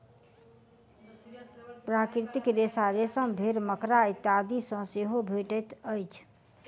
प्राकृतिक रेशा रेशम, भेंड़, मकड़ा इत्यादि सॅ सेहो भेटैत अछि